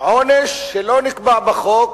עונש שלא נקבע בחוק